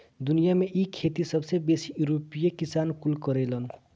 दुनिया में इ खेती सबसे बेसी यूरोपीय किसान कुल करेलन